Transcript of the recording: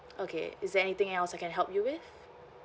okay is there anything else I can help you with